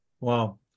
Wow